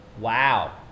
Wow